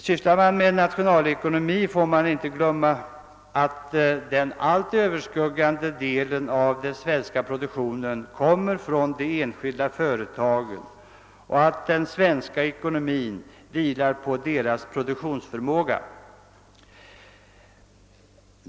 Sysslar man med nationalekonomi får man inte glömma att den allt överskuggande delen av den svenska produktionen kommer från de enskilda företagen och att den svenska ekonomin vilar på deras produktionsförmåga.